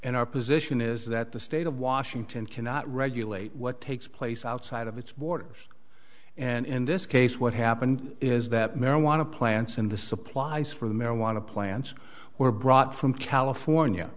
and our position is that the state of washington cannot regulate what takes place outside of its borders and in this case what happened is that marijuana plants in the supplies for the marijuana plants were brought from california